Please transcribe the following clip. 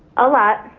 a lot.